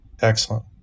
Excellent